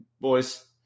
Boys